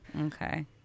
Okay